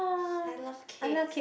I love cakes